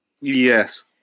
Yes